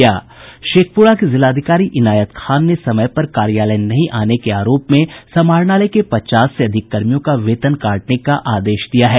शेखप्रा की जिलाधिकारी इनायत खान ने समय पर कार्यालय नहीं आने के आरोप में समाहरणालय के पचास से अधिक कर्मियों का वेतन काटने का आदेश दिया है